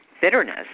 bitterness